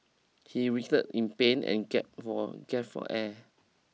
he writhed in pain and gap for gap for air